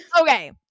Okay